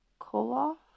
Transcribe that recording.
Koloff